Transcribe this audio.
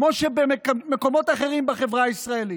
כמו במקומות אחרים בחברה הישראלית.